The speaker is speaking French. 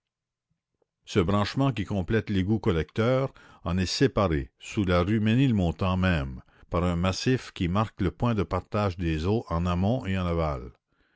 ce branchement qui complète l'égout collecteur en est séparé sous la rue ménilmontant même par un massif qui marque le point de partage des eaux en amont et en aval